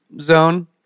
Zone